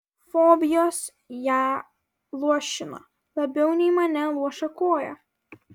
fobijos ją luošino labiau nei mane luoša koja